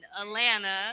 Atlanta